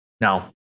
Now